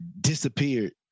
Disappeared